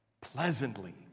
pleasantly